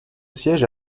siège